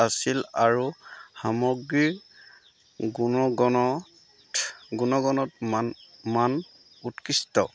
আছিল আৰু সামগ্ৰীৰ গুণগত মান উৎকৃষ্ট